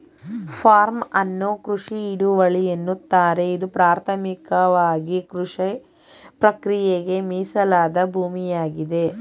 form ಅನ್ನು ಕೃಷಿ ಹಿಡುವಳಿ ಎನ್ನುತ್ತಾರೆ ಇದು ಪ್ರಾಥಮಿಕವಾಗಿಕೃಷಿಪ್ರಕ್ರಿಯೆಗೆ ಮೀಸಲಾದ ಭೂಮಿಯಾಗಿದೆ